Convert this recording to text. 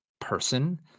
person